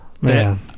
Man